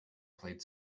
played